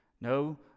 no